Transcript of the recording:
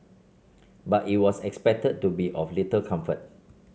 but it was expected to be of little comfort